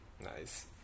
Nice